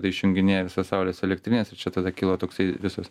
tai išjunginėja visas saulės elektrines ir čia tada kilo toksai visas